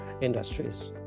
industries